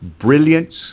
brilliance